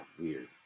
Weird